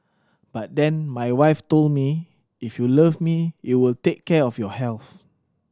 but then my wife told me if you love me you will take care of your health